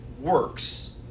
works